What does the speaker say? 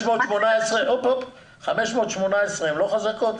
518, אלה לא חברות חזקות?